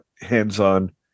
hands-on